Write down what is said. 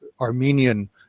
Armenian